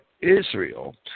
Israel